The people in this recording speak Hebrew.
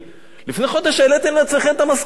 לפני חודש העליתם לעצמכם את המשכורת.